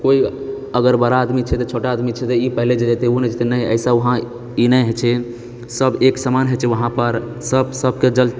कोइ अगर बड़ा आदमी छै तऽ छोटा आदमी छै तऽ ई पहिले चैल जेतै ओ नहि जेतै ऐसा वहांँ ई नहि होइत छै सब एक समान होइत छै वहांँ पर सब सबके जल